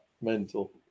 mental